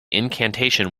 incantation